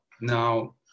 Now